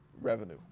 revenue